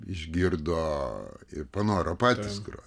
išgirdo ir panoro patys grot